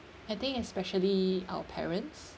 I think especially our parents